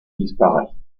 disparaît